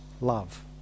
love